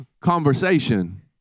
conversation